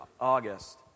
August